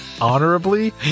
honorably